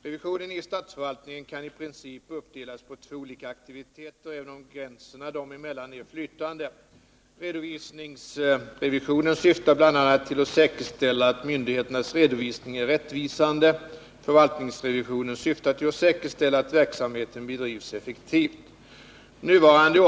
Revision i statsförvaltningen kan i princip uppdelas på två olika aktiviteter, även om gränserna dem emellan är flytande. Redovisningsrevision syftar bl.a. till att säkerställa att myndigheternas redovisning är rättvisande och förvaltningsrevision syftar till att säkerställa att verksamheten bedrivs effektivt.